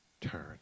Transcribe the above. turn